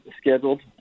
scheduled